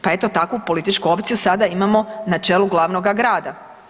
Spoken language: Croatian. Pa eto takvu političku opciju sada imamo na čelu glavnoga grada.